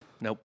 Nope